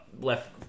left